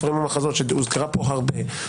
ספרים ומחזות שהוזכרה פה הרבה,